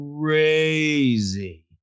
Crazy